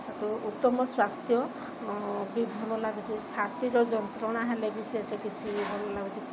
ଓ ଉତ୍ତମ ସ୍ୱାସ୍ଥ୍ୟ ବି ଭଲ ଲାଗୁଛି ଛତିର ଯନ୍ତ୍ରଣା ହେଲେ ବି ସେଇଟା କିଛି ଭଲ ଲାଗୁଛି